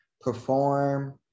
perform